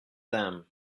them